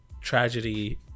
tragedy